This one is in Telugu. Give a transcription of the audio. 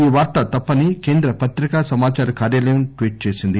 ఈ వార్త తప్పని కేంద్ర పత్రికా సమాచార కార్యాలయం ట్వీట్ చేసింది